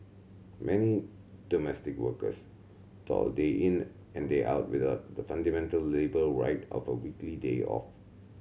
many domestic workers toil day in and day out without the fundamental labour right of a weekly day off